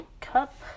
cup